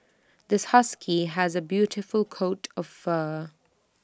this husky has A beautiful coat of fur